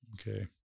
Okay